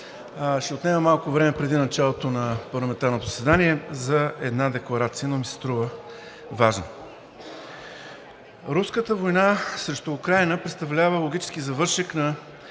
ще отнема малко време преди началото на парламентарното заседание за една декларация, но ми се струва важно. "Руската война срещу Украйна представлява логически завършек на